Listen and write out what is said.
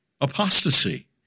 apostasy